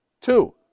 Two